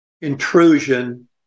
intrusion